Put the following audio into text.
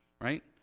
right